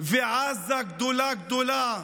ועזה גדולה גדולה.